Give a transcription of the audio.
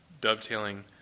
dovetailing